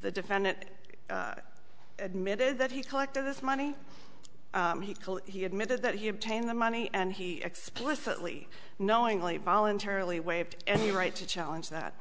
the defendant admitted that he collected this money he admitted that he obtained the money and he explicitly knowingly voluntarily waived any right to challenge that